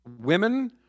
women